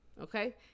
okay